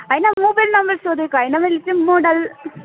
हैन mobile number सोधेको हैन मैले चाहिँ मोडल